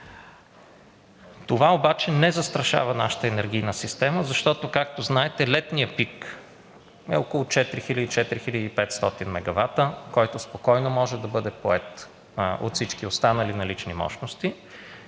Това обаче не застрашава нашата енергийна система, защото, както знаете, летният пик е около 4000 – 4500 мегавата, който спокойно може да бъде поет от всички останали налични мощности.